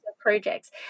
projects